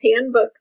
handbook